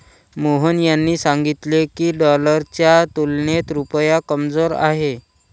मोहन यांनी सांगितले की, डॉलरच्या तुलनेत रुपया कमजोर आहे